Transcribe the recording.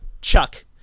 Chuck